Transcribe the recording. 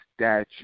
statue